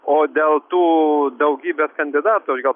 o dėl tų daugybės kandidatų aš gal